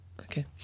Okay